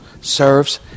serves